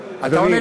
אולי